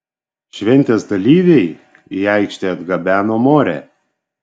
šventės dalyviai į aikštę atgabeno morę